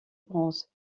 bronze